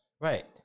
Right